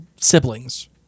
siblings